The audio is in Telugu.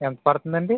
ఎంత పడుతుందండి